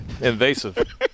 invasive